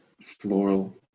floral